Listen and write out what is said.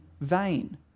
vain